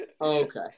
Okay